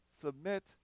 submit